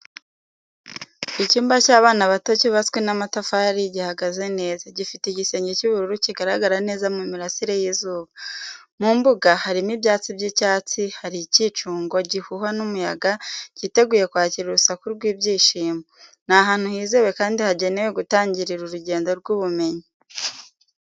Icyumba cy’abana bato cyubatswe n’amatafari gihagaze neza, gifite igisenge cy’ubururu kigaragara neza mu mirasire y’izuba. Mu mbuga harimo ibyatsi by’icyatsi, hari ikincungo gihuhwa n’umuyaga cyiteguye kwakira urusaku rw’ibyishimo. Ni ahantu hizewe kandi hagenewe gutangirira urugendo rw’ubumenyi.